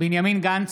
בנימין גנץ,